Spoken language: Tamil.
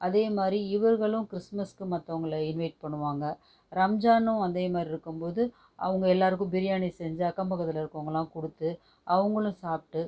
அதேமாதிரி இவர்களும் கிறிஸ்மஸ்க்கு மற்றவங்கள இன்வைட் பண்ணுவாங்க ரம்ஜானு அதேமாதிரி இருக்கும் போது அவங்க எல்லோ ருக்கும் பிரியாணி செஞ்சு அக்கம் பக்கத்தில் இருக்கிறவங்களுக்கு கொடுத்து அவங்களும் சாப்பிட்டு